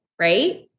right